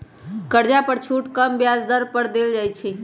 कर्जा पर छुट कम ब्याज दर पर देल जाइ छइ